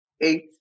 eight